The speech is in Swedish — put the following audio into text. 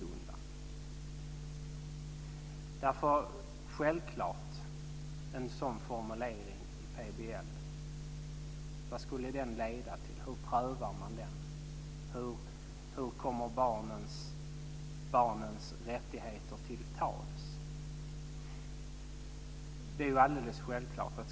Vad skulle en sådan formulering i PBL leda till? Hur prövar man den? Hur kommer barnens rättigheter till tals?